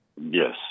yes